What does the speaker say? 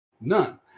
none